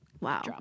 wow